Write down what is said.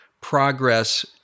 Progress